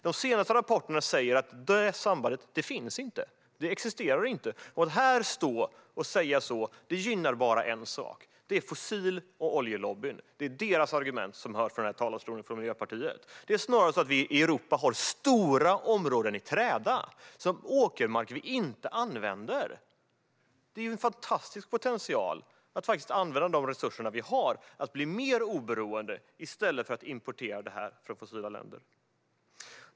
De senaste rapporterna säger att det sambandet inte finns. Det existerar inte, och att stå här och säga så gynnar bara en sak: fossil och oljelobbyn. Det är deras argument som hörs från Miljöpartiet i denna talarstol. Det är snarare så att vi i Europa har stora områden i träda - åkermark vi inte använder. Det finns en fantastisk potential där, att faktiskt använda de resurser vi har för att bli mer oberoende i stället för att importera från fossila länder.